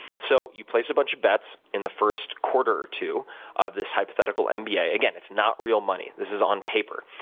so you place a bunch of bets in the first quarter or two of this hypothetical and mba. again, it's not real money. this is on paper.